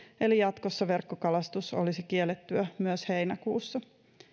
eli jatkossa verkkokalastus olisi kiellettyä myös heinäkuussa